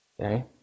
Okay